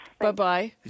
Bye-bye